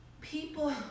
people